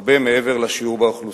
הרבה מעבר לשיעורם באוכלוסייה,